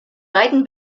beiden